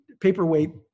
paperweight